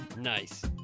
Nice